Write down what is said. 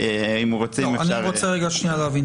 אני רוצה להבין.